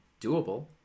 doable